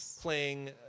playing